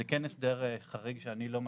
זה כן הסדר חריג שאני לא מכיר,